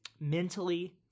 mentally